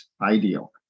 ideal